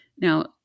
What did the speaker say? Now